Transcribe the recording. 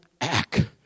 act